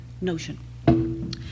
notion